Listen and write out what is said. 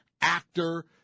actor